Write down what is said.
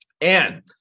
And-